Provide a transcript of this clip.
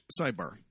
sidebar